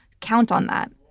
count on that.